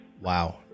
Wow